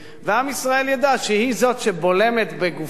ועם ישראל ידע שהיא זאת שבולמת בגופה